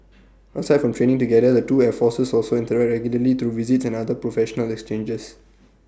aside from training together the two air forces also interact regularly through visits and other professional exchanges